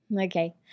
Okay